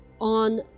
on